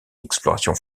explorations